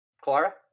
Clara